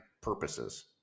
purposes